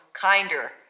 kinder